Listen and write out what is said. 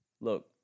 Look